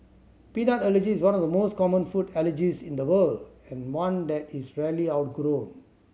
peanut allergy is one of the most common food allergies in the world and one that is rarely outgrown